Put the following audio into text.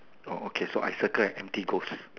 okay so I circle an empty ghost